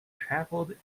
travelled